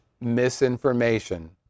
misinformation